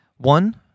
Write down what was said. One